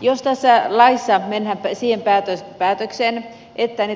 jos tässä laissa mennään siihen päätökseen että